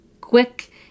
quick